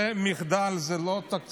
זה מחדל, זה לא תקציב.